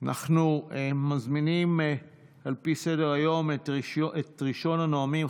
אנחנו מזמינים על פי סדר-היום את ראשון הנואמים,